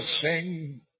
sing